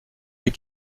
des